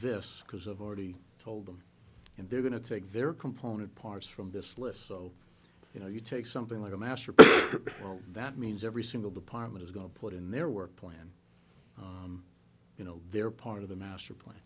this because of already told them and they're going to take their component parts from this list so you know you take something like a masterpiece well that means every single department is going to put in their work plan you know they're part of the master plan